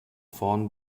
vorn